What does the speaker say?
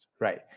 right